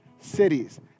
cities